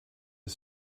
are